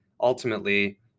ultimately